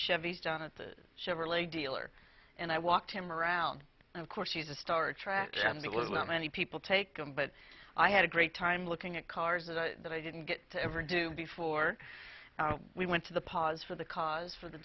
chevy's down at the chevrolet dealer and i walked him around and of course he's a star attraction to lose that many people take them but i had a great time looking at cars that i that i didn't get to ever do before we went to the pas for the cars for the